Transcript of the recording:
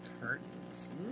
curtains